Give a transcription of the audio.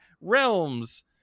realms